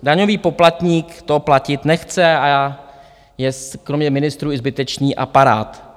Daňový poplatník to platit nechce a je kromě ministrů i zbytečný aparát.